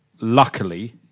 Luckily